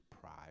pride